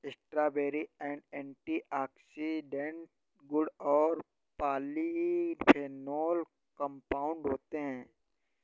strawberry में antioxidant गुण और पॉलीफेनोल कंपाउंड होते हैं